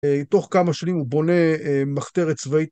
תוך כמה שנים הוא בונה מחתרת צבאית.